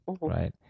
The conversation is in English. right